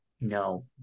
No